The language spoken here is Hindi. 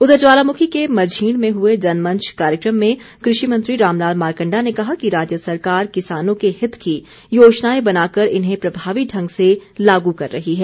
उधर ज्वालामुखी के मझीण में हुए जनमंच कार्यक्रम में कृषि मंत्री रामलाल मारकण्डा ने कहा कि राज्य सरकार किसानों के हित की योजनाएं बनाकर इन्हें प्रभावी ढंग से लागू कर रही है